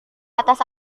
atas